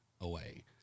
away